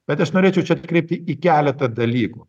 bet aš norėčiau čia atkreipti į keletą dalykų